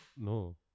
No